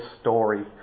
story